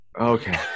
Okay